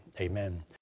Amen